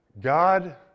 God